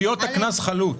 מרגע היות הקנס חלוט.